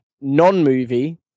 non-movie